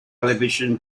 television